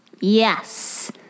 Yes